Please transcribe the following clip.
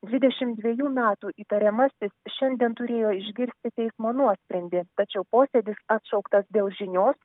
dvidešimt dviejų metų įtariamasis šiandien turėjo išgirsti teismo nuosprendį tačiau posėdis atšauktas dėl žinios